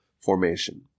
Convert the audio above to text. formation